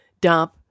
Dump